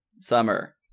Summer